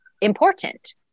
important